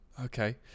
Okay